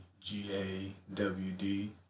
G-A-W-D